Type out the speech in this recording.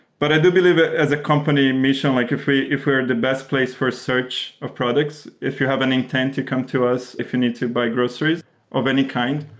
but i do believe that as a company mission, like if we're if we're the best place for search of product, if you have an intent to come to us, if you need to buy groceries or any kind